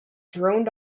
droned